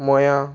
मयां